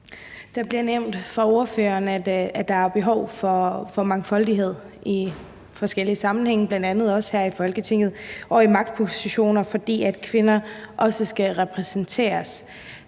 Det bliver nævnt af ordføreren, at der er behov for mangfoldighed i forskellige sammenhænge, bl.a. også her i Folketinget og i magtpositioner, fordi kvinder også skal repræsenteres.